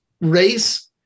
race